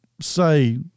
say